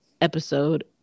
episode